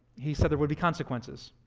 he said there would be consequences.